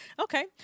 Okay